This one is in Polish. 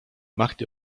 mahdi